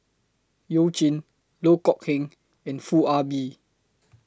YOU Jin Loh Kok Heng and Foo Ah Bee